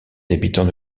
habitants